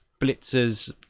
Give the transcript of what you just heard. blitzers